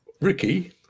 Ricky